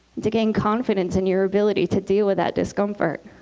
to gain confidence in your ability to deal with that discomfort.